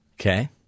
Okay